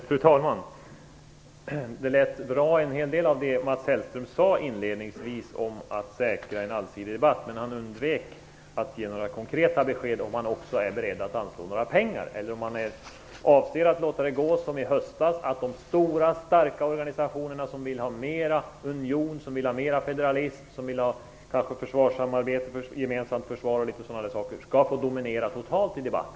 Fru talman! Det lät bra en hel del av det Mats Hellström sade inledningsvis om att säkra en allsidig debatt. Men han undvek att ge några konkreta besked om han också är beredd att anslå några pengar eller om han avser att låta det gå som i höstas, att de stora starka organisationerna som vill ha mera union, som vill ha mera federalism, som kanske vill ha försvarssamarbete, gemensamt försvar och sådana saker, skall få dominera debatten totalt.